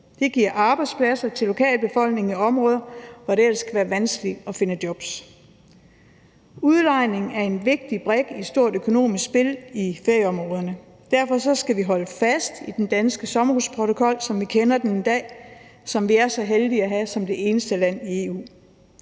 Det giver arbejdspladser til lokalbefolkningen i områder, hvor det ellers kan være vanskeligt at finde jobs. Udlejning er en vigtig brik i et stort økonomisk spil i ferieområderne. Derfor skal vi holde fast i den danske sommerhusprotokol, som vi kender den i dag, som vi er så heldige at have som det eneste land i EU.